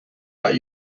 but